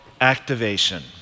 activation